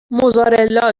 موزارلا